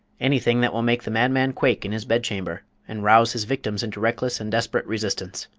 anything that will make the madman quake in his bedchamber, and rouse his victims into reckless and desperate resistance.